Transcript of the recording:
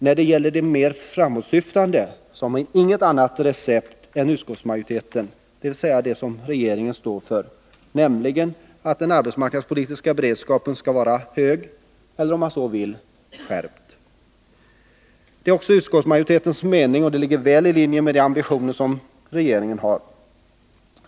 När det gäller det statsverksamheten mer framåtsyftande har man inget annat recept än utskottsmajoritetens, dvs. det som regeringen står för, att den arbetsmarknadspolitiska beredskapen skall vara hög eller, om man så vill, skärpt. Det är också utskottsmajoritetens mening, och det ligger väl i linje med de ambitioner som regeringen har.